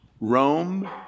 Rome